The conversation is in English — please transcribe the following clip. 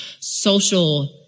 social